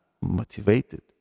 motivated